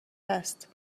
هست